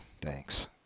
thanks